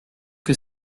que